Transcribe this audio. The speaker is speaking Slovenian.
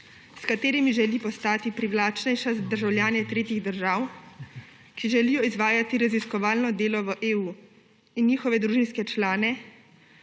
s katerimi želi postati privlačnejša za državljane tretjih držav, ki želijo izvajati raziskovalno delo v EU, in njihove družinske člane.